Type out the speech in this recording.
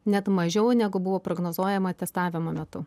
net mažiau negu buvo prognozuojama testavimo metu